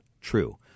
true